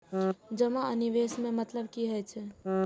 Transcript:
जमा आ निवेश में मतलब कि होई छै?